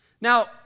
Now